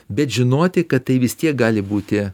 bet žinoti kad tai vis tiek gali būti